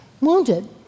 wounded